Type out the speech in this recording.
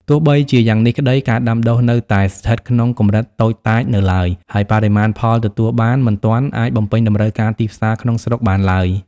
ទោះបីជាយ៉ាងនេះក្តី ការដាំដុះនៅតែស្ថិតក្នុងកម្រិតតូចតាចនៅឡើយ ហើយបរិមាណផលទទួលបានមិនទាន់អាចបំពេញតម្រូវការទីផ្សារក្នុងស្រុកបានឡើយ។